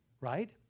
right